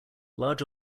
large